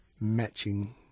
matching